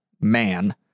man